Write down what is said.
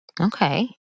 Okay